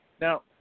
now